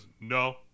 No